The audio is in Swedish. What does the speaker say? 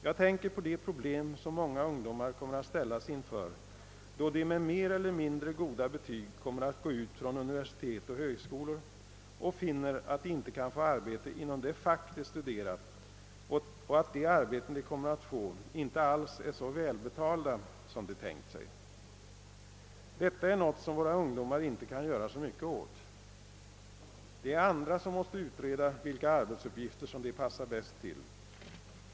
Jag tänker på de problem som många ungdomar kommer att ställas inför, då de med mer eller mindre goda betyg kommer att gå ut från universitet och högskolor och finner, att de inte kan få arbete inom det fack där de studerat och att de arbeten de kommer att få inte alls är så välbetalda som de tänkt sig. Detta är något som våra ungdomar inte kan göra så mycket åt. Det är andra som måste utreda vilka arbetsuppgifter som de passar bäst till.